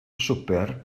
swper